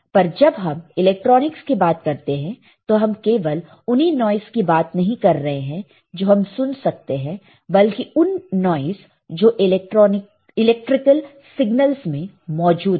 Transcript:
पर जब हम इलेक्ट्रॉनिक्स की बात करते हैं तो हम केवल उन्हीं नॉइस की बात नहीं कर रहे हैं जो हम सुन सकते हैं बल्कि उन नॉइस जो इलेक्ट्रिकल सिगनल्स में मौजूद है